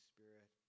Spirit